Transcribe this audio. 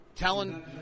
telling